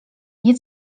nie